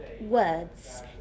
words